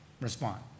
respond